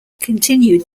continued